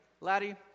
Laddie